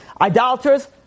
Idolaters